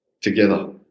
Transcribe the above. together